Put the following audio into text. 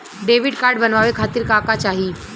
Debit card बनवावे खातिर का का चाही?